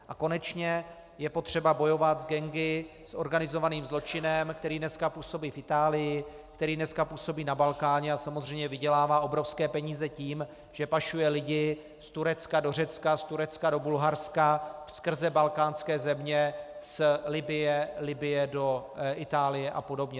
A konečně je potřeba bojovat s gangy, s organizovaným zločinem, který dneska působí v Itálii, který dneska působí na Balkáně a samozřejmě vydělává obrovské peníze tím, že pašuje lidi z Turecka do Řecka, z Turecka do Bulharska, skrze balkánské země, z Libye do Itálie a podobně.